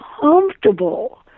comfortable